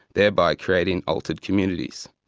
thereby creating altered communities.